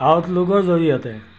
আউটলুকৰ জৰিয়তে